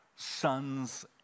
Sons